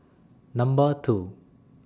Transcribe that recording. Number two